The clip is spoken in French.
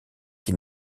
qui